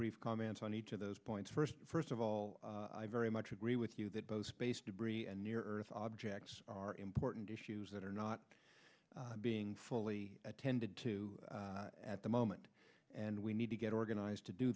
brief comments i need to those points first first of all i very much agree with you that both space debris and near earth objects are important issues that are not being fully attended to at the moment and we need to get organized to do